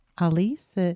Alice